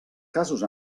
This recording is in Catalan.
casos